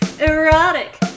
erotic